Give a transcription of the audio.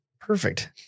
Perfect